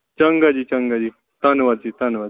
ਚੰਗਾ ਜੀ ਚੰਗਾ ਜੀ ਧੰਨਵਾਦ ਜੀ ਧੰਨਵਾਦ